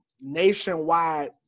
nationwide